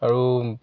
আৰু